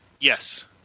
Yes